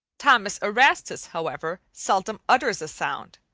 thomas erastus, however, seldom utters a sound,